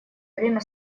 время